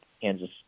Kansas